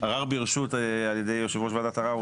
ערר ברשות יושב ראש וועדת ערר,